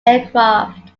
aircraft